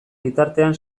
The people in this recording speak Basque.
bitartean